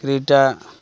Creta